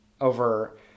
over